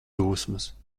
dusmas